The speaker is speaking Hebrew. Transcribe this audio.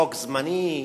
חוק זמני,